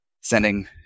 sending